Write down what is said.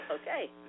okay